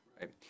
right